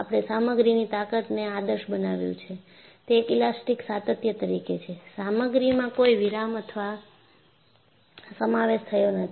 આપણે સામગ્રીની તાકતને આદર્શ બનાવ્યું છે તે એક ઈલાસ્ટીક સાતત્ય તરીકે છે સામગ્રીમાં કોઈ વિરામ અથવા સમાવેશ થયો નથી